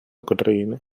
україни